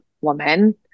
woman